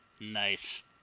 Nice